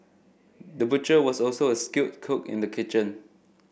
the butcher was also a skilled cook in the kitchen